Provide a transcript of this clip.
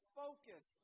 focus